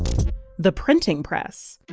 the printing press.